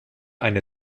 eine